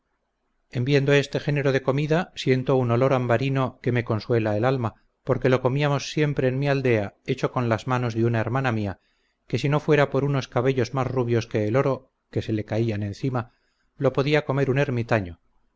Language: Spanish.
viendo este género de comida siento un olor ambarino que me consuela el alma porque lo comíamos siempre en mi aldea hecho con las manos de una hermana mía que si no fuera por unos cabellos más rubios que el oro que se le caían encima lo podía comer un ermitaño